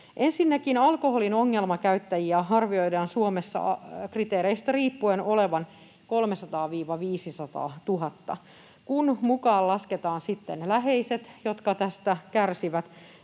Ensinnäkin alkoholin ongelmakäyttäjiä arvioidaan Suomessa kriteereistä riippuen olevan 300 000—500 000. Kun mukaan lasketaan sitten ne läheiset, jotka tästä kärsivät,